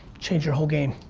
change your whole game.